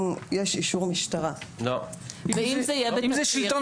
יש אישור משטרה --- ואם זה יהיה בתצהיר?